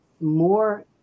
more